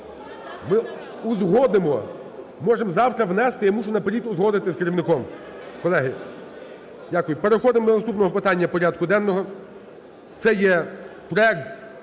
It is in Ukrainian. Ми узгодимо, можемо завтра внести, я мушу наперед узгодити з керівником,